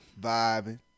Vibing